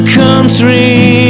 country